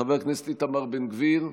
חבר הכנסת איתמר בן גביר,